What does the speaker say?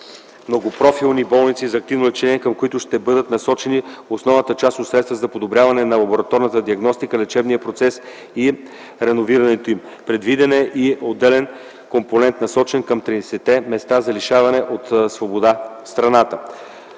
многопрофилни болници за активно лечение, към които ще бъдат насочени основната част от средствата за подобряване на лабораторната диагностика, лечебния процес и реновирането им. Предвиден е и отделен компонент, насочен към 13-те места за лишаване от свобода в страната.